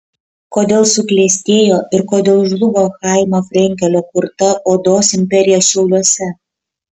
kodėl suklestėjo ir kodėl žlugo chaimo frenkelio kurta odos imperija šiauliuose